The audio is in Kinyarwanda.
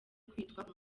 kwitwa